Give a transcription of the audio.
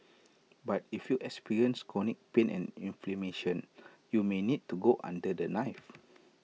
but if you experience chronic pain and inflammation you may need to go under the knife